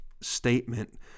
statement